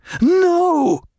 no